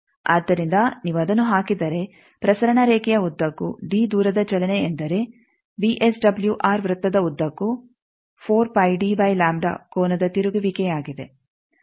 ಆದ್ದರಿಂದ ನೀವು ಅದನ್ನು ಹಾಕಿದರೆ ಪ್ರಸರಣ ರೇಖೆಯ ಉದ್ದಕ್ಕೂ ಡಿ ದೂರದ ಚಲನೆ ಎಂದರೆ ವಿಎಸ್ಡಬ್ಲ್ಯೂಆರ್ ವೃತ್ತದ ಉದ್ದಕ್ಕೂ ಕೋನದ ತಿರುಗುವಿಕೆಯಾಗಿದೆ